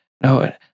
no